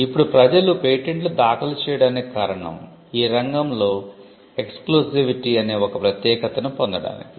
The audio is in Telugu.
ఇప్పుడు ప్రజలు పేటెంట్లు దాఖలు చేయడానికి కారణం ఈ రంగంలో ఎక్స్క్లూసివిటి అనే ఒక ప్రత్యేకతను పొందడానికి